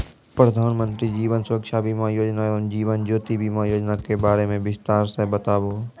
प्रधान मंत्री जीवन सुरक्षा बीमा योजना एवं जीवन ज्योति बीमा योजना के बारे मे बिसतार से बताबू?